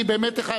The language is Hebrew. בסדר.